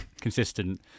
consistent